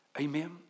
Amen